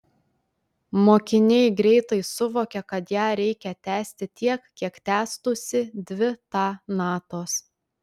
mokiniai greitai suvokia kad ją reikia tęsti tiek kiek tęstųsi dvi ta natos